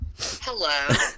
Hello